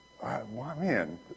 Man